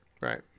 Right